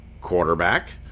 quarterback